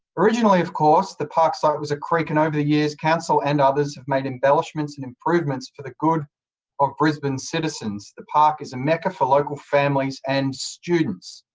originally, of course, the park site was a creek, and over the years council and others have made embellishments and improvements for the good of brisbane's citizens. the park is a mecca for local families and students.